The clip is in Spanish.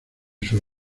sus